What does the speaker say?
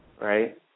right